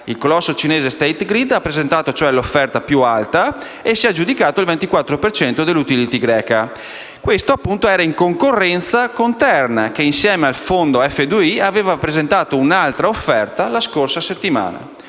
Il colosso cinese State Grid ha presentato, cioè, l'offerta più alta e si è aggiudicato il 24 per cento della *utility* greca. Questo era in concorrenza con Terna che, insieme al fondo F2i, aveva presentato un'altra offerta la scorsa settimana.